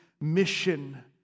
mission